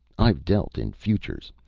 i've dealt in futures,